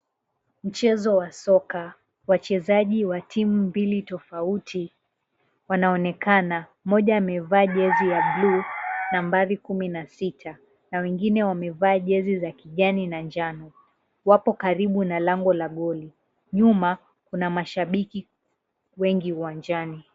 Mchezo wa soka, wachezaji wa timu mbili tofauti wanaonekana. Mmoja amevaa jezi ya bluu, nambari kumi na sita, na wengine wamevaa jezi za kijani na njano. Wapo karibu na lango la goli, nyuma kuna mashabiki wengi uwanjani.